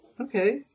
okay